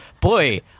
boy